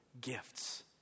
gifts